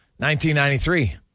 1993